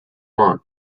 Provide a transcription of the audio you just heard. one